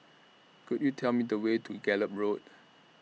Could YOU Tell Me The Way to Gallop Road